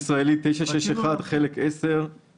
"(1) ת"י 961 חלק 10,